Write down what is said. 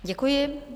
Děkuji.